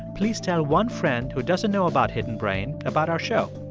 please tell one friend who doesn't know about hidden brain about our show.